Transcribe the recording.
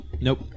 Nope